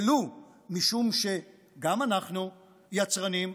ולו משום שגם אנחנו יצרנים,